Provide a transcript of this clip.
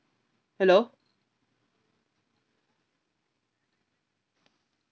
hello